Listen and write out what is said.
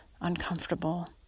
uncomfortable